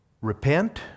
Repent